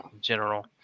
general